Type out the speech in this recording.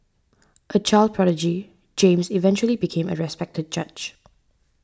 a child prodigy James eventually became a respected judge